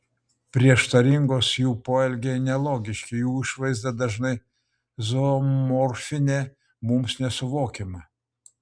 prieštaringos jų poelgiai nelogiški jų išvaizda dažnai zoomorfinė mums nesuvokiama